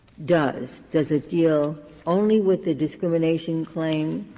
does? does it deal only with the discrimination claim,